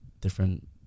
different